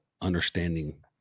understanding